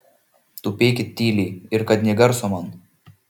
tupėkit tyliai ir kad nė garso man